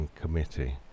committee